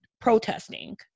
protesting